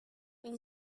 این